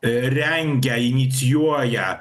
rengia inicijuoja